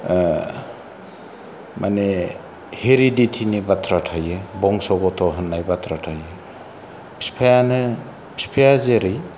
माने हेरिदिथिनि बाथ्रा थायो बंस' गथ' होन्नाय बाथ्रा थायो बिफाया जेरै